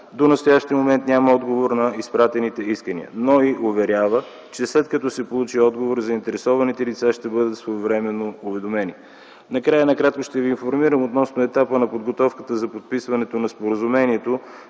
До настоящия момент няма отговор на изпратени искания. НОИ уверява, че след като се получи отговор заинтересованите лица ще бъдат своевременно уведомени. Накрая накратко ще ви информирам относно етапа на подготовката за подписването на споразумението